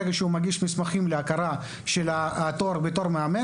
מהרגע שבו הוא מגיש מסמכים להכרה של התואר בתור מאמן?